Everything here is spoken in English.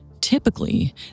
typically